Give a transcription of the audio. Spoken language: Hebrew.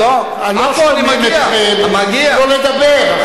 לא שומעים אתכם, תנו לו לדבר.